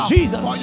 Jesus